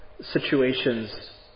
situations